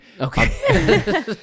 okay